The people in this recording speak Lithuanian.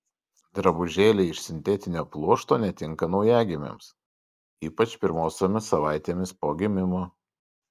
drabužėliai iš sintetinio pluošto netinka naujagimiams ypač pirmosiomis savaitėmis po gimimo